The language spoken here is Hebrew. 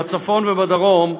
בצפון ובדרום,